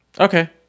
okay